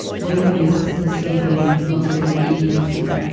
wavy wisps escaping and fluttering in the evening breeze.